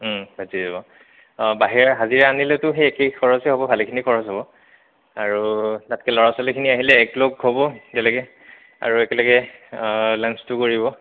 ভাজি যাব অঁ বাহিৰা হাজিৰা আনিলেতো সেই একেই খৰচেই হ'ব ভালেখিনি খৰচ হ'ব আৰু তাতকৈ ল'ৰা ছোৱালীখিনি আহিলে একলগ হ'ব বেলেগে আৰু একেলগে লাঞ্চটো কৰিব